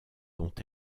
dont